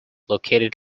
located